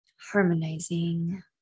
harmonizing